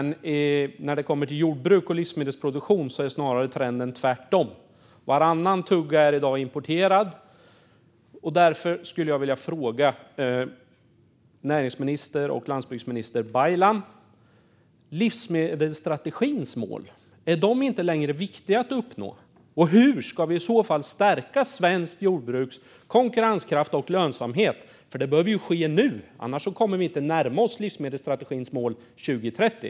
När det gäller jordbruk och livsmedelsproduktion är trenden dock snarare tvärtom; varannan tugga är i dag importerad. Därför skulle jag vilja fråga näringsminister och landsbygdsminister Baylan detta: Är livsmedelsstrategins mål inte längre viktiga att uppnå? Hur ska vi i så fall stärka svenskt jordbruks konkurrenskraft och lönsamhet? Detta behöver ske nu - annars kommer vi inte att närma oss livsmedelsstrategins mål för 2030.